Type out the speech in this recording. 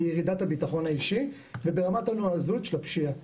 בירידת הבטחון האישי וברמת הנועזות של הפשיעה.